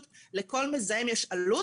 לכל מזהם יש עלות,